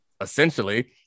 essentially